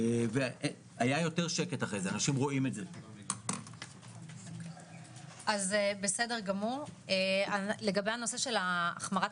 אנחנו למודי ניסיון מדיונים חוזרים ונשנים בוועדות הכנסת בנושא האלימות